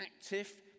active